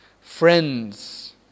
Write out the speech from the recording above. Friends